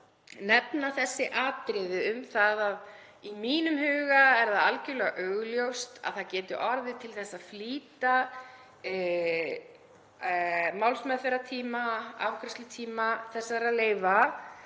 nefna þessi atriði um það að í mínum huga er það algerlega augljóst að það geti orðið til þess að flýta málsmeðferðartíma og afgreiðslutíma þessara leyfa,